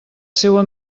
seua